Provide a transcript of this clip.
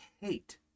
hate